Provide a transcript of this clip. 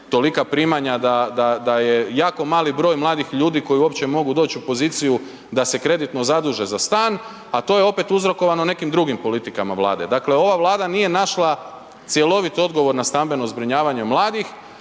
tolika primanja da je jako mali broj mladih ljudi koji uopće mogu doći u poziciju da se kreditno zaduže za stan a to je opet uzrokovano nekim drugim politikama Vlade. Dakle ova Vlada nije našla cjelovit odgovor na stambeno zbrinjavanje mladih,